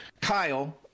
Kyle